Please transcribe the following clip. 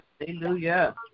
Hallelujah